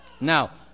Now